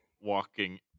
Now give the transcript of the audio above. walking